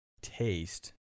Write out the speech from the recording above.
taste